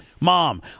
Mom